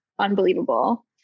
unbelievable